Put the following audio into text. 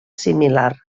similar